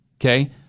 Okay